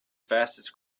fastest